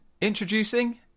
Introducing